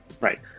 right